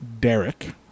Derek